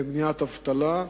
למניעת אבטלה,